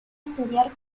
estudiar